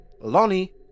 Lonnie